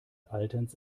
alterns